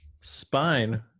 spine